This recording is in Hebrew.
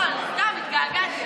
לא, אני סתם התגעגעתי.